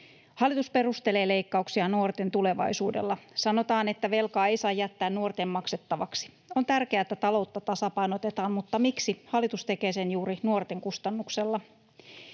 Hallitus perustelee leikkauksia nuorten tulevaisuudella. Sanotaan, että velkaa ei saa jättää nuorten maksettavaksi. On tärkeää, että taloutta tasapainotetaan. mutta miksi hallitus tekee sen juuri nuorten kustannuksella?